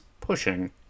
Pushing